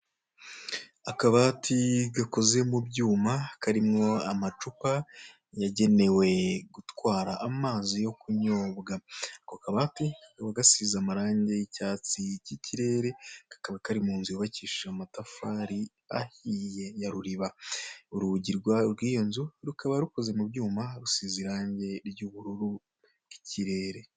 Akabati gakoze mu byuma, karimo amacupa yagenewe gutwara amazi yo kunyobwa. Ako kabati kaba gasize amarangi y'icyatsi cy'ikirere, kakaba kari mu nzu y'ubakishije amatafari ahiye ya ruliba. Urugi rw'iyo nzu rukaba rukoze mu byuma rusize irangi ry'ubururu bw'ikirere.